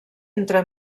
entre